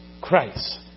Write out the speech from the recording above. Christ